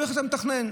אין מתוכנן.